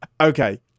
Okay